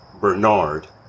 Bernard